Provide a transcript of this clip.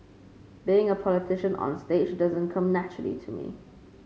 being a politician onstage doesn't come naturally to me